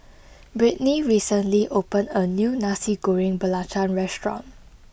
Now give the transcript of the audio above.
Britney recently opened a new Nasi Goreng Belacan restaurant